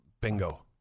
Bingo